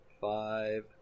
five